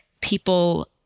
people